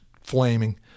flaming